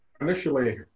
initially